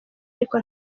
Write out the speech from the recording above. ariko